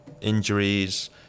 injuries